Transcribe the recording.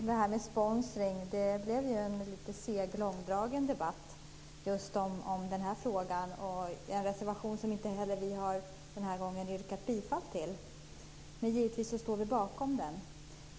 Herr talman! Det blev en lite seg och långdragen debatt just om frågan om sponsring. Det är en reservation som vi denna gång inte har yrkat bifall till, men vi står givetvis bakom den.